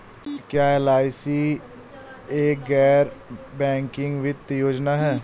क्या एल.आई.सी एक गैर बैंकिंग वित्तीय योजना है?